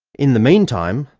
in the meantime,